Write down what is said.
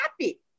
happy